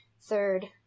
third